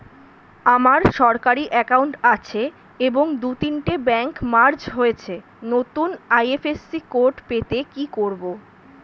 আমার সরকারি একাউন্ট আছে এবং দু তিনটে ব্যাংক মার্জ হয়েছে, নতুন আই.এফ.এস.সি পেতে কি করব?